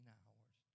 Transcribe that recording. hours